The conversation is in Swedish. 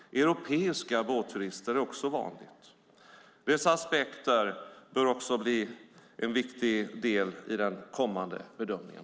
Europeiska båtturister är också vanligt. Dessa aspekter bör också bli en viktig del i den kommande bedömningen.